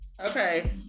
Okay